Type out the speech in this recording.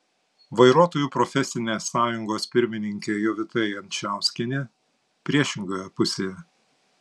vairuotojų profesinė sąjungos pirmininkė jovita jančauskienė priešingoje pusėje